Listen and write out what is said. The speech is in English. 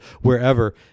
wherever